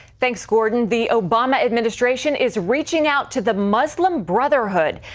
thanks gordon. the obama administration is reaching out to the muslim brotherhood.